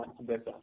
better